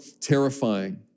terrifying